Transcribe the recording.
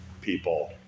people